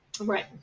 right